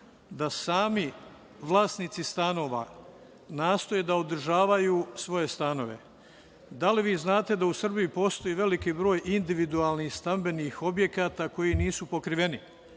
da sami vlasnici stanova nastoje da održavaju svoje stanove. Da li znate da u Srbiji postoji veliki broj individualnih stambenih objekata koji nisu pokriveni,